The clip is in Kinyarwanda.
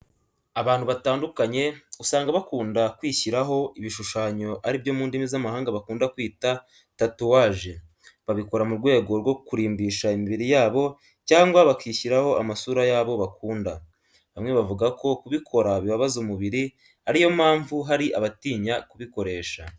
Abantu batandukanye usanga bakunda kwishyiraho ibishushanyo ari byo mu ndimi z'amahanga bakunda kwita tatuwaje. Babikora mu rwego rwo kurimbisha imibiri yabo cyangwa bakishyiraho amasura y'abo bakunda. Bamwe bavuga ko kubikora bibabaza umubiri ariyo mpamvu hari abatinya kubikoresha.